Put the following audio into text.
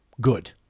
good